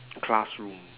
classroom